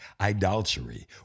idolatry